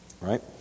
right